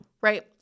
right